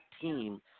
team